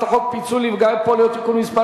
חוק פיצוי לנפגעי פוליו (תיקון מס'